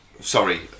Sorry